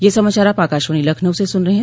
ब्रे क यह समाचार आप आकाशवाणी लखनऊ से सुन रहे हैं